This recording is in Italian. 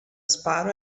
sparo